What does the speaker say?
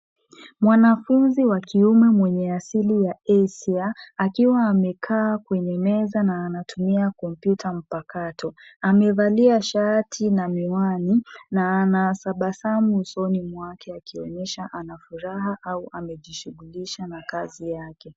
Mwanafunzi wa kiume mwenye asili ya kieshia akiwa amekaa kwenye meza na anatumia kompyuta mpakato. Amevalia shati na miwani na anatabasamu usoni mwake akionyesha ako na furaha au anajishughulisha na kazi yake.